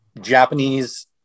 Japanese